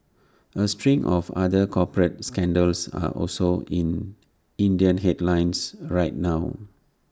A string of other corporate scandals are also in Indian headlines right now